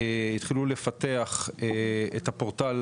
התחילו לפתח את הפורטל